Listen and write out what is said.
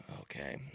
Okay